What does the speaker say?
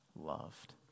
loved